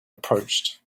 approached